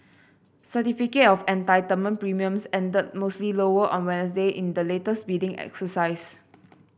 certificate of entitlement premiums ended mostly lower on Wednesday in the latest bidding exercise